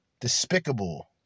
despicable